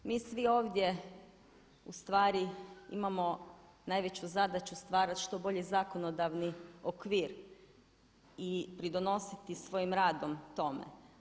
Mi svi ovdje ustvari imamo najveću zadaću stvarati što bolji zakonodavni okvir i pridonositi svojim radom tome.